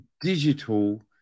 digital